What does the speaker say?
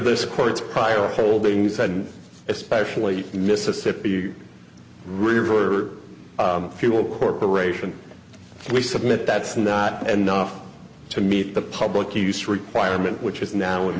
this court's prior holdings and especially mississippi river fuel corporation we submit that's not enough to meet the public use requirement which is now